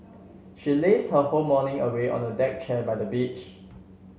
she lazed her whole morning away on a deck chair by the beach